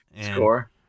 Score